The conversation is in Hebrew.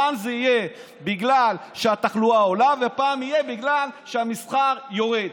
רק פעם זה יהיה בגלל שהתחלואה עולה ופעם זה יהיה בגלל שהמסחר יורד.